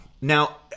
Now